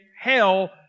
hell